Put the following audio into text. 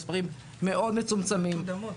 המספרים מצומצמים מאוד.